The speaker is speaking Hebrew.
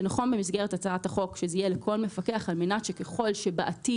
שנכון במסגרת הצעת החוק שזה יהיה לכל מפקח על מנת שככל שבעתיד